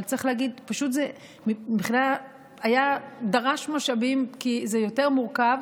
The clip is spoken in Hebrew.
אבל צריך להגיד פשוט שזה דרש משאבים כי זה יותר מורכב.